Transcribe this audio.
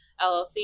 LLC